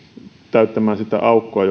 täyttämään sitä aukkoa